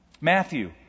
Matthew